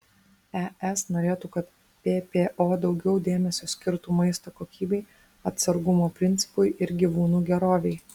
es norėtų kad ppo daugiau dėmesio skirtų maisto kokybei atsargumo principui ir gyvūnų gerovei